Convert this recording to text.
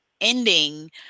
ending